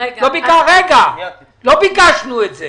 ייעוץ,